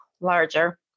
larger